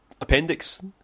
Appendix